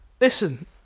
Listen